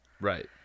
Right